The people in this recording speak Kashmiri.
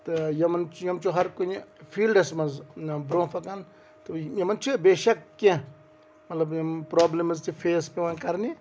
تہٕ یِمَن چھِ یِم چھِ ہرکُنہِ فیٖلڈَس منٛز نہ بروںٛہہ پَکان تہٕ یِمَن چھِ بیشَک کینٛہہ مطلب یِم پرٛابلِمٕز تہِ فیس پٮ۪وان کَرنہِ